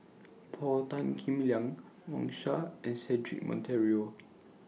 Paul Tan Kim Liang Wang Sha and Cedric Monteiro